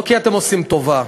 לא כי אתם עושים טובה